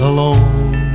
Alone